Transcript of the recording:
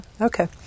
Okay